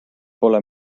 pole